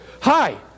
hi